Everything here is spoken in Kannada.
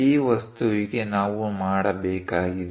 ಈ ವಸ್ತುವಿಗೆ ನಾವು ಮಾಡಬೇಕಾಗಿದೆ